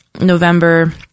november